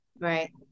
Right